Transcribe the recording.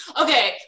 okay